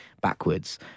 backwards